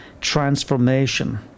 transformation